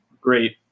great